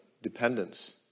dependence